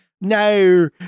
no